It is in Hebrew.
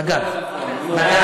בגב,